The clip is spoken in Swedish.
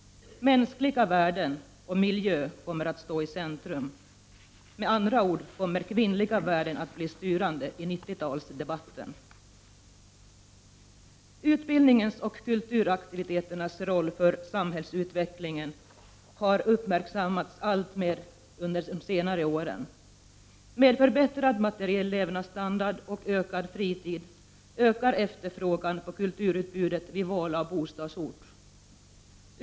Mänskliga vär den och miljö kommer att stå i centrum. Med andra ord kommer kvinnliga värden att bli styrande i 90-talsdebatten. Utbildningens och kulturaktiviteternas roll för samhällsutvecklingen har uppmärksammats alltmer under senare år. Med förbättrad materiell levnadsstandard och ökad fritid, ökar efterfrågan på kulturutbudet vid val av bostadsort.